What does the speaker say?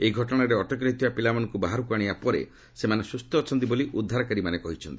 ଏହି ଘଟଣାରେ ଅଟକ ରହିଥିବା ପିଲାମାନଙ୍କୁ ବାହାରକୁ ଆଶିବା ପରେ ସେମାନେ ସୁସ୍ଥ ଅଛନ୍ତି ବୋଲି ଉଦ୍ଧାର କାରୀମାନେ କହିଛନ୍ତି